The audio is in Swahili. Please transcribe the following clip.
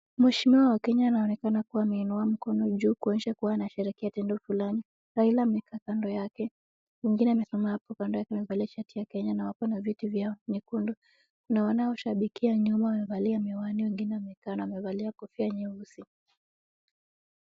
Mheshimiwa wa Kenya anaonekana kuwa ameinua mkono juu kuonyesha kuwa anasherehekea tendo fulani, Raila amekaa kando yake, mwingine amesimama hapo kando yake amevalia shati ya Kenya na wako na viti vyao vyekundu, na wanaoshabikia nyuma wamevalia miwani na wengine wamekaa wamevalia kofia nyeusi.